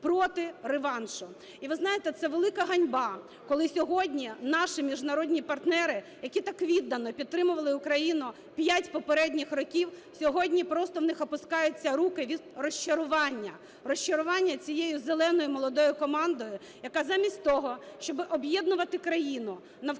проти реваншу. І ви знаєте, це велика ганьба, коли сьогодні наші міжнародні партнери, які так віддано підтримували Україну 5 попередніх років, сьогодні просто у них опускаються руки від розчарування, розчарування цією "зеленою" молодою командою, яка замість того, щоб об'єднувати країну навколо